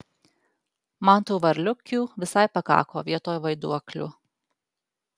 man tų varliukių visai pakako vietoj vaiduoklių